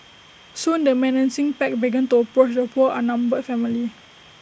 soon the menacing pack began to approach the poor outnumbered family